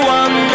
one